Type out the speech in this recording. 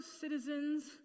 citizens